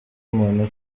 muntu